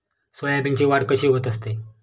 सोयाबीनची वाढ कशी होत असते?